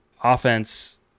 offense